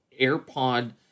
AirPod